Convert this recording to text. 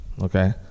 okay